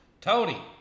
Tony